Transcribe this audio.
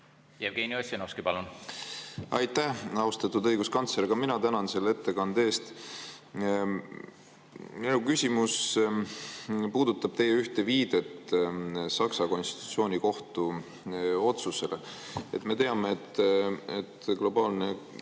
Jevgeni Ossinovski, palun! Aitäh! Austatud õiguskantsler, ka mina tänan selle ettekande eest. Minu küsimus puudutab teie ühte viidet Saksa konstitutsioonikohtu otsusele. Me teame, et globaalne